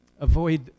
Avoid